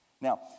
Now